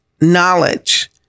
knowledge